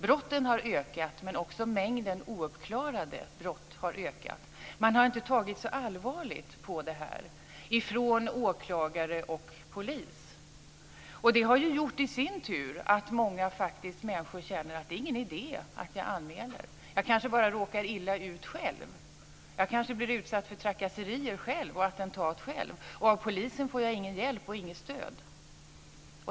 Brotten har ökat, men också mängden ouppklarade brott har ökat. Åklagare och polis har inte tagit så allvarligt på detta. Det har i sin tur gjort att många människor faktiskt känner att det inte är någon idé att anmäla. Jag kanske bara råkar illa ut själv. Jag kanske blir utsatt för trakasserier och attentat själv. Av polisen får jag ingen hjälp och inget stöd.